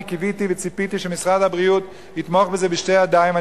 אני קיוויתי וציפיתי שמשרד הבריאות יתמוך בזה בשתי ידיים,